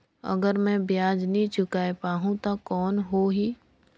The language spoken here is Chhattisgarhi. अगर मै ब्याज नी चुकाय पाहुं ता कौन हो ही?